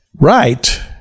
right